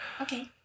Okay